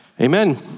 Amen